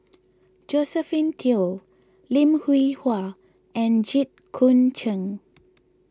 Josephine Teo Lim Hwee Hua and Jit Koon Ch'ng